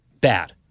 bad